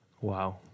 Wow